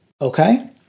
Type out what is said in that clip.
Okay